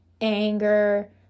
anger